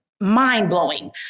mind-blowing